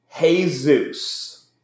Jesus